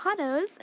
avocados